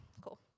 cool